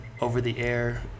over-the-air